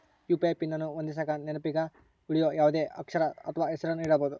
UPI pin ಅನ್ನು ಹೊಂದಿಸಕ ನೆನಪಿನಗ ಉಳಿಯೋ ಯಾವುದೇ ಅಕ್ಷರ ಅಥ್ವ ಹೆಸರನ್ನ ನೀಡಬೋದು